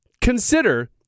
consider